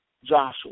Joshua